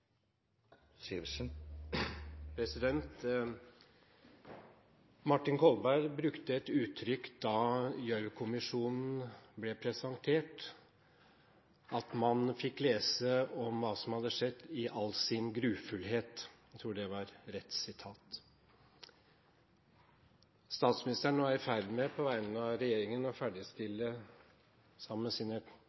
Martin Kolberg brukte et uttrykk da Gjørv-kommisjonens rapport ble presentert – at man fikk lese om hva som hadde skjedd i all sin grufullhet. Jeg tror det var rett sitat. Statsministeren er i ferd med på vegne av regjeringen, sammen med sine statsråder, å ferdigstille